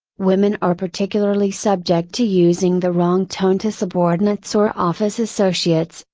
women are particularly subject to using the wrong tone to subordinates or office associates,